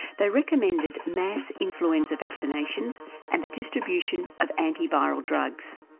they recommended mass influenza vaccinations and the distribution of antiviral drugs.